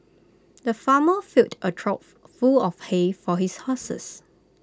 the farmer filled A trough full of hay for his horses